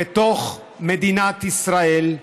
בתוך מדינת ישראל,